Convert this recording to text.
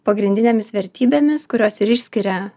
pagrindinėmis vertybėmis kurios ir išskiria